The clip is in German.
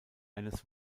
eines